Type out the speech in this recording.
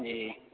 جی